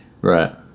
right